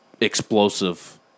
explosive